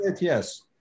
yes